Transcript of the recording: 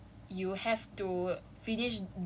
my major punya requirement is that